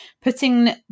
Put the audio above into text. putting